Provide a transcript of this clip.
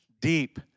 deep